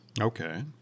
Okay